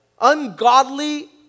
ungodly